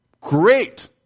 Great